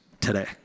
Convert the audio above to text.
today